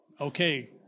Okay